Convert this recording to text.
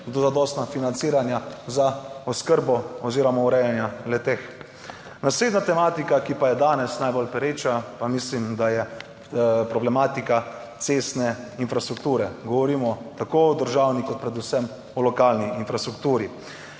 zadostna financiranja za oskrbo oziroma urejanje le teh. Naslednja tematika, ki pa je danes najbolj pereča, pa mislim, da je problematika cestne infrastrukture, govorimo tako o državni, kot predvsem o lokalni infrastrukturi.